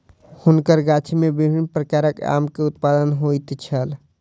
हुनकर गाछी में विभिन्न प्रकारक आम के उत्पादन होइत छल